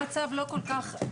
המצב לא כל-כך.